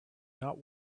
not